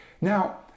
Now